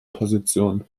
position